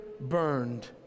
burned